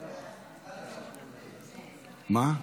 מה?